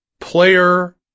Player